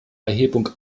erhebung